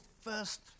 first